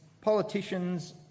politicians